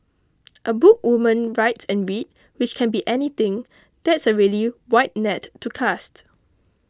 a book woman write and read which can be anything that's a really wide net to cast